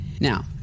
Now